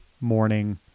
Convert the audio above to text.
morning